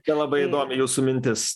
čia labai domisi jūsų mintis